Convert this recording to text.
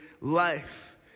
life